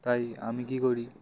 তাই আমি কী করি